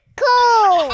cool